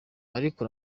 ariko